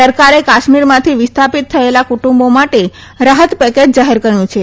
સરકારે કાશ્મીરમાંથી વિસ્થાપીત થયેલા કુટુંબો માટે રાહત પેકેજ જાહેર કર્યું છે